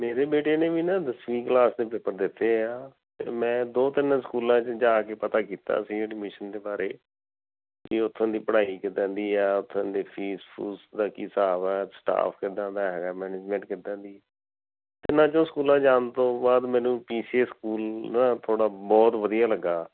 ਮੇਰੇ ਬੇਟੇ ਨੇ ਵੀ ਨਾ ਦਸਵੀਂ ਕਲਾਸ ਦੇ ਪੇਪਰ ਦਿੱਤੇ ਆ ਮੈਂ ਦੋ ਤਿੰਨ ਸਕੂਲਾਂ 'ਚ ਜਾ ਕੇ ਪਤਾ ਕੀਤਾ ਸੀ ਐਡਮਿਸ਼ਨ ਦੇ ਬਾਰੇ ਕਿ ਉੱਥੋਂ ਦੀ ਪੜ੍ਹਾਈ ਕਿੱਦਾਂ ਦੀ ਆ ਉਥੋਂ ਦੀ ਫੀਸ ਫੂਸ ਦਾ ਕੀ ਹਿਸਾਬ ਹੈ ਸਟਾਫ ਕਿੱਦਾਂ ਦਾ ਹੈਗਾ ਮੈਨੇਜਮੈਂਟ ਕਿੱਦਾਂ ਦੀ ਜੋ ਸਕੂਲਾਂ ਜਾਣ ਤੋਂ ਬਾਅਦ ਮੈਨੂੰ ਪੀ ਸੀ ਏ ਸਕੂਲ ਥੋੜ੍ਹਾ ਬਹੁਤ ਵਧੀਆ ਲੱਗਾ